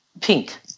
pink –